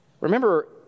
Remember